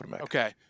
Okay